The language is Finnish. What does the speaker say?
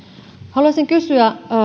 haluaisin kysyä